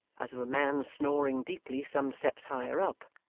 as of a man snoring deeply some steps higher up,